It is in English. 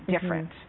different